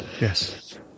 Yes